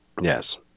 Yes